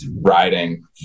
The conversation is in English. riding